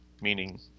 meaning